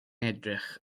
edrych